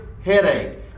Headache